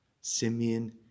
Simeon